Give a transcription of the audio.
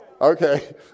Okay